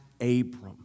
Abram